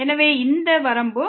எனவே இந்த வரம்பு Δy→0